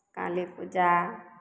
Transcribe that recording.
काली पूजा